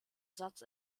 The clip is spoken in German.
satz